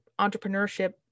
entrepreneurship